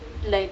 like